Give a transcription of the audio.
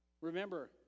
remember